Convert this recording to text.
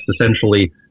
essentially